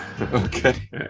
Okay